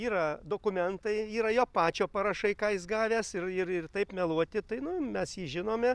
yra dokumentai yra jo pačio parašai ką jis gavęs ir ir taip meluoti tai nu mes jį žinome